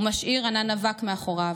ומשאיר ענן אבק מאחוריו.